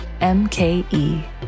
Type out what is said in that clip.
MKE